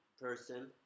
person